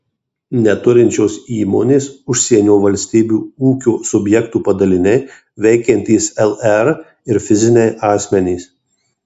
neturinčios įmonės užsienio valstybių ūkio subjektų padaliniai veikiantys lr ir fiziniai asmenys